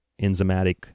enzymatic